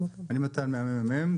אני מתן מהממ"מ,